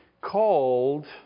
Called